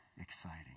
exciting